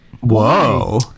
whoa